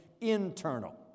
internal